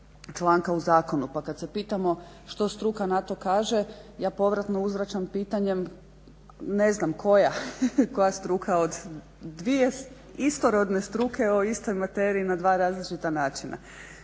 članka u zakonu. Pa kada se pitamo što struka na to kaže, ja povratno uzvraćam pitanjem, ne znam koja struka od dvije istorodne struke o istoj materiji na dva različita načina.